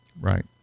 Right